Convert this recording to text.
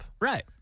Right